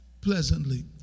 pleasantly